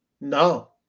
No